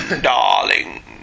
darling